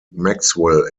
maxwell